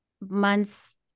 months